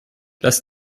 lass